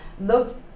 looked